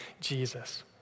Jesus